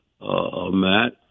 Matt